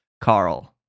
Carl